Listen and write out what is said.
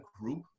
group